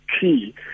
key